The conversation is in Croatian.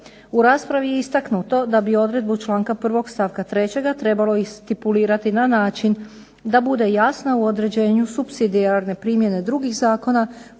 U raspravi je istaknuto da bi odredbu članka 1. stavka 3. trebalo i stipulirati na način da bude jasna u određenju supsidijarne primjene drugih zakona